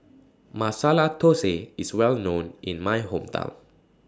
Masala Thosai IS Well known in My Hometown